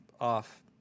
Off